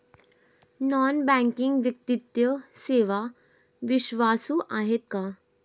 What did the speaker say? Non banking वित्तीय सेवा विश्वासू आहेत का?